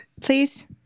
please